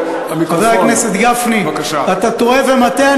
חבר הכנסת גפני, אתה טועה ומטעה.